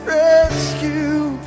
rescue